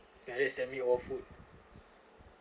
they're just send me over food